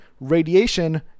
radiation